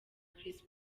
chris